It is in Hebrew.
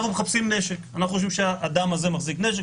נניח שיש מידע מודיעיני שאדם מסוים מחזיק נשק,